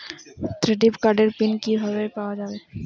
Credit কার্ডের PIN কিভাবে পাওয়া যাবে?